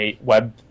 web